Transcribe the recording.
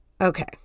Okay